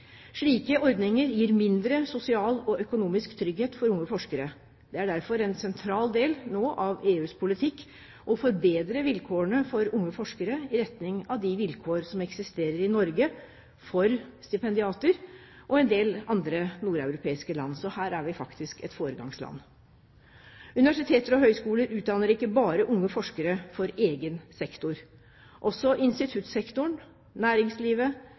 Slike ordninger gir mindre sosial og økonomisk trygghet for unge forskere. Det er derfor en sentral del av EUs politikk nå å forbedre vilkårene for unge forskere i retning av de vilkår som eksisterer for stipendiater i Norge og en del andre nordeuropeiske land. Så her er vi faktisk et foregangsland. Universiteter og høgskoler utdanner ikke bare unge forskere for egen sektor. Også instituttsektoren, næringslivet,